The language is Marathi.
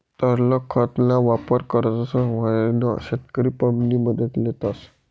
तरल खत ना वापर करतस तव्हय शेतकरी पंप नि मदत लेतस